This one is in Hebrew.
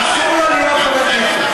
אסור לו להיות חבר כנסת.